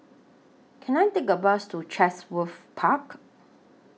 Can I Take A Bus to Chatsworth Park